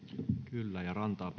kyllä ja rantaa